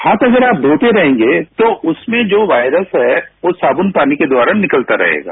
हाथ अगर आप धोते रहेंगे तो उसमें जो वॉयरस है वो साबुन पानी के द्वारा निकलता रहेगा